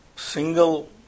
single